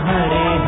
Hare